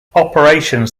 operations